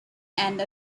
end